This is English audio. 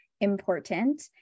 important